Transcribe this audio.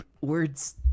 Words